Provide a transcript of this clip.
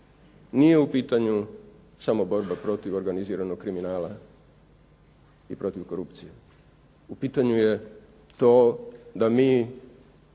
nije u pitanju samo borba protiv organiziranog kriminala i protiv korupcije. U pitanju je to da mi,